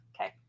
Okay